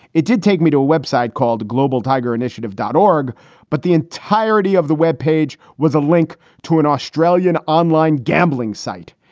it did take me to a web site called global tiger initiative, dawg. but the entirety of the web page was a link to an australian online gambling site.